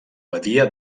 badia